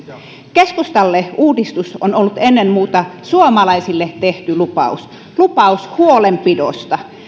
keskustalle uudistus on ollut ennen muuta suomalaisille tehty lupaus lupaus huolenpidosta